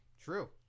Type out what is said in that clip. True